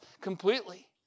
completely